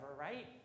right